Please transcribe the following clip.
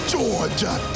Georgia